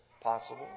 possible